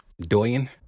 Doyen